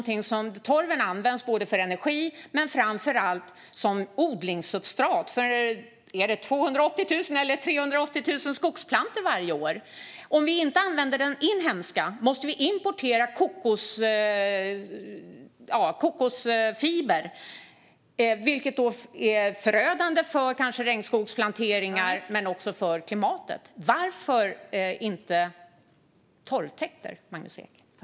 Torven används i dag för energi men framför allt som odlingssubstrat för 280 000 eller om det är 380 000 skogsplantor varje år. Om vi inte använder den inhemska torven måste vi importera kokosfiber, vilket är förödande för regnskogsplanteringar men också för klimatet. Varför inte torvtäkter, Magnus Ek?